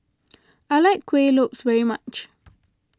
I like Kuih Lopes very much